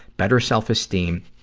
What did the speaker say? better self-esteem,